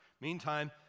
Meantime